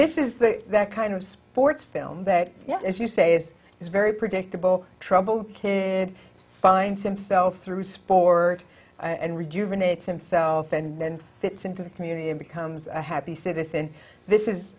this is the kind of sports film that as you say is is very predictable troubled kid finds himself through sport and rejuvenate himself and then fits into the community and becomes a happy citizen this is